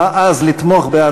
2016, לוועדת